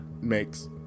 makes